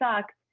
sucks